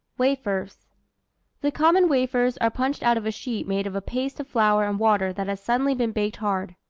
wafers the common wafers are punched out of a sheet made of a paste of flour and water that has suddenly been baked hard.